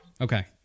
okay